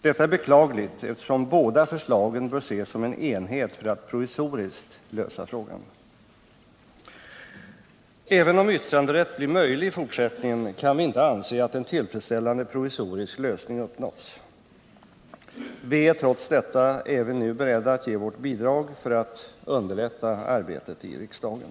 Detta är beklagligt, eftersom båda förslagen bör ses som en enhet för att provisoriskt lösa frågan. Även om yttranderätt blir möjlig i fortsättningen kan vi inte anse att en tillfredsställande provisorisk lösning uppnåtts. Vi är trots detta även nu beredda att ge vårt bidrag för att underlätta arbetet i riksdagen.